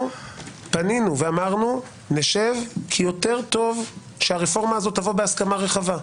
פנינו ואמרנו שנשב כי יותר טוב שהרפורמה הזאת תבוא בהסכמה רחבה,